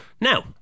now